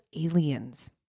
aliens